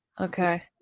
Okay